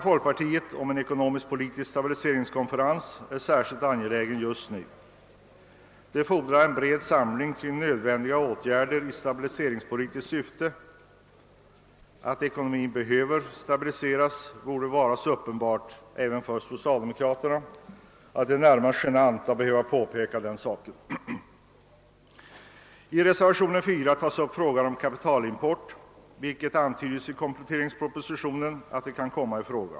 Den <ekonomisk-politiska = stabiliseringskonferens som folkpartiet föreslagit är särskilt angelägen just nu. Det fordras en bred samling kring nödvändiga åtgärder i stabiliseringspolitiskt syfte. Att ekonomin behöver stabiliseras borde vara så uppenbart även för socialdemokraterna att det är närmast genant att påpeka den saken. I reservationen 4 tar man upp frågan om kapitalimport; det antydes i kompletteringspropositionen att en sådan kan komma i fråga.